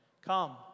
Come